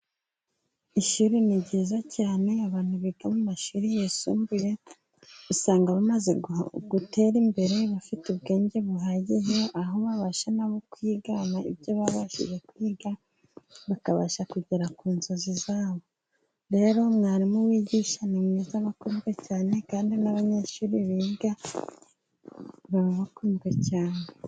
Ishuri ni ryiza cyane, abantu biga mu mashuri yisumbuye, usanga bamaze gutera imbere bafite ubwenge buhagije, aho babasha nabo kwigana ibyo babashije kwiga, babasha kugera ku nzozi zabo, rero mwarimu wigisha ni mwiza abakobwa cyane kandi n'abanyeshuri biga baramukunda cyane.